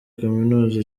kaminuza